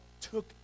took